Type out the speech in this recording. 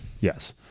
Yes